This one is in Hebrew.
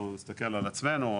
נסתכל על עצמנו,